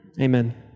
Amen